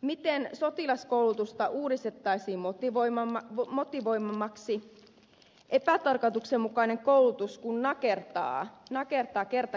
miten sotilaskoulutusta uudistettaisiin motivoivammaksi epätarkoituksenmukainen koulutus kun kerta